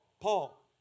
Paul